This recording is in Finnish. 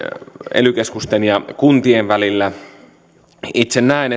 ely keskusten ja kuntien välillä itse näen